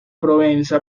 provenza